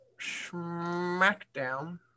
SmackDown